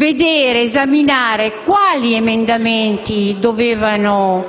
opportuno esaminare quali emendamenti non